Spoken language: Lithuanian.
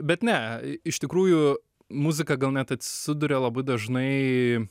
bet ne iš tikrųjų muzika gal net atsiduria labai dažnai